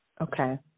Okay